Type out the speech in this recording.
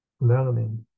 learning